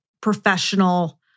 professional